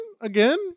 again